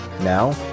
Now